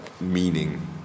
meaning